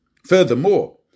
Furthermore